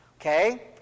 okay